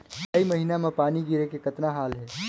जुलाई महीना म पानी गिरे के कतना हाल हे?